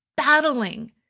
Battling